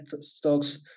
stocks